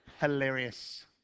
Hilarious